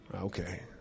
okay